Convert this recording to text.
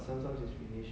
sometimes